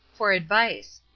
for advice.